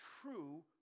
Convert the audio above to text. true